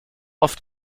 oft